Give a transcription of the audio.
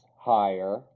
higher